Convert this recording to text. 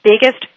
biggest